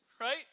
right